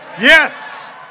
Yes